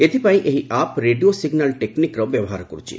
ଏଥିପାଇଁ ଏହି app radio signal ଟେକ୍ନିକର ବ୍ୟବହାର କରୁଛି